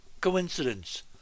coincidence